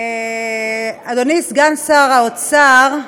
אדוני סגן שר האוצר,